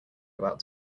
about